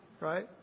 right